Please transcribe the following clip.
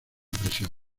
presión